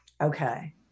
Okay